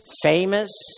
famous